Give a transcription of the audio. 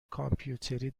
کامپیوتری